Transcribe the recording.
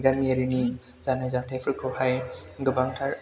गामियारिनि जानाय जाथायफोरखौहाय गोबांथार